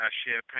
share